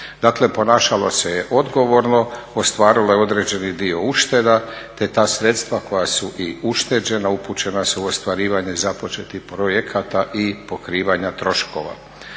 Dakle ponašalo se je odgovorno, ostvarilo je određeni dio ušteda te ta sredstva koja su i ušteđena upućena su u ostvarivanje započetih projekata i pokrivanja troškova.